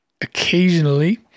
occasionally